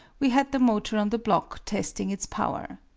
we had the motor on the block testing its power.